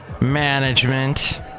Management